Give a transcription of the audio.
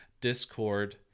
discord